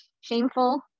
shameful